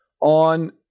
on